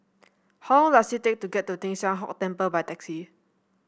how long does it take to get to Teng San Tian Hock Temple by taxi